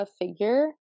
figure